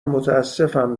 متاسفم